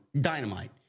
Dynamite